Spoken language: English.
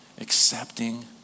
accepting